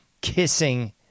kissing